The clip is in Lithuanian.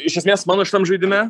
iš esmės mano šitam žaidime